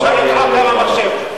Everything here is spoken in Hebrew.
אפשר לטעות גם במחשב.